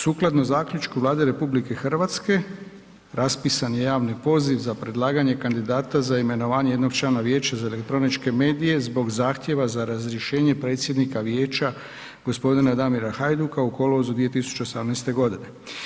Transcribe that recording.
Sukladno Zaključku Vlade RH, raspisan je javni poziv za predlaganje kandidata za imenovanje jednog člana Vijeća za elektroničke medije zbog zahtjeva za razrješenje predsjednika vijeća, g. Damira Hajduka u kolovozu 2018. godine.